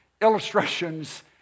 illustrations